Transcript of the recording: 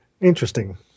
interesting